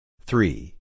Three